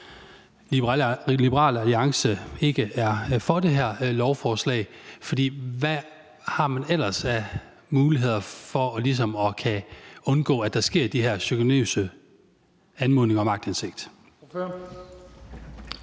Liberal Alliance ikke er for det her lovforslag, for hvad har man ellers af muligheder for ligesom at kunne undgå, at der sker de her chikanøse anmodninger om aktindsigt?